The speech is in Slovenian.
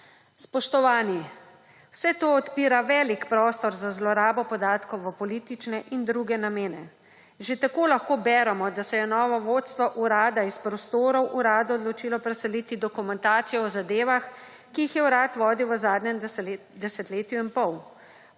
Spoštovani, vse to odpira velik prostor za zlorabo podatkov v politične in druge namene. Že tako lahko beremo, da se je novo vodstvo Urada iz prostorov Urada odločilo preseliti dokumentacijo o zadevah, ki jih je Urad vodil v zadnjem desetletju in pol.